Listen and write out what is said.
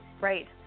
Right